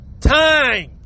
time